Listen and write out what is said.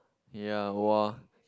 ya !wah!